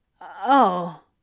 Oh